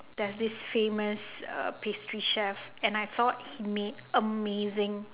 there's this famous uh pastry chef and I thought he made amazing